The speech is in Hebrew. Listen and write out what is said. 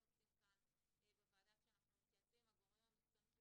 עושים כאן בוועדה כשאנחנו מתייעצים עם הגורמים המקצועיים,